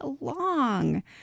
long